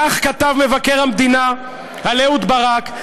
כך כתב מבקר המדינה על אהוד ברק,